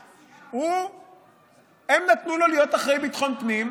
הם נתנו לו להיות אחראי לביטחון הפנים.